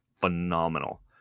phenomenal